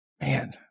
man